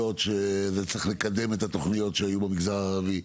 שצריך לקדם את התכניות שהיו במגזר הערבי.